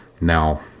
Now